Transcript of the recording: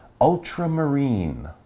ultramarine